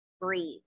breathe